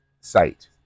site